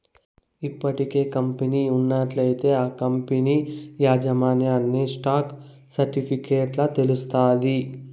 ఇప్పటికే కంపెనీ ఉన్నట్లయితే ఆ కంపనీ యాజమాన్యన్ని స్టాక్ సర్టిఫికెట్ల తెలస్తాది